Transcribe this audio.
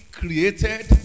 created